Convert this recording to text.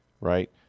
right